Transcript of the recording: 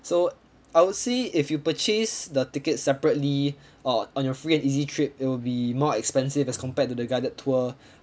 so I'd say if you purchase the tickets separately uh on your free and easy trip it will be more expensive as compared to the guided tour